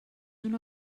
una